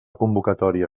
convocatòria